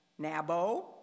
Nabo